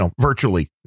virtually